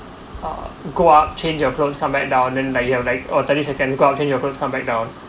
uh go out change your clothes come back down and like you have like oh thirty seconds go out change your clothes come back down